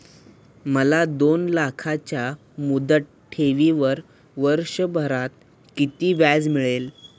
मला दोन लाखांच्या मुदत ठेवीवर वर्षभरात किती व्याज मिळेल?